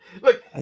Look